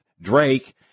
Drake